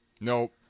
nope